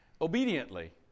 obediently